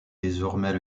désormais